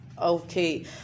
Okay